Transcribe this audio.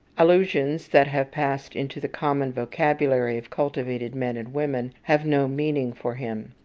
allusions that have passed into the common vocabulary of cultivated men and women have no meaning for him.